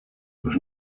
was